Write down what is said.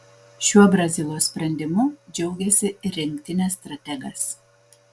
šiuo brazilo sprendimu džiaugėsi ir rinktinės strategas